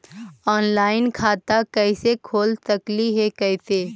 Online खाता कैसे खोल सकली हे कैसे?